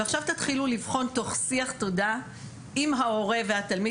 ועכשיו תתחילו לבחון תוך שיח עם ההורה והתלמיד,